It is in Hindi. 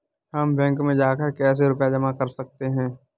हम बैंक में जाकर कैसे रुपया जमा कर सकते हैं?